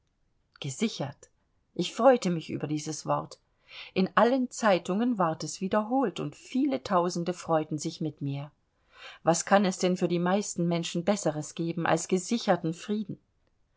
gesichert ich freute mich über dieses wort in allen zeitungen ward es wiederholt und viele tausende freuten sich mit mir was kann es denn für die meisten menschen besseres geben als gesicherten frieden